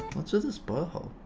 what's with his bow hold?